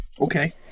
Okay